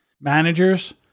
managers